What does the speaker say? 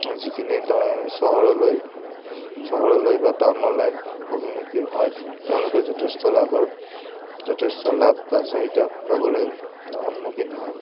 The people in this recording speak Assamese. যিখিনি চহৰলৈ চহৰলৈ বা টাউনলৈ অভিমুখী হয় তেওঁলোকে যথেষ্ট লাভৰ যথেষ্ট লাভ বা চাহিদা পাবলৈ সন্মুখীন হয়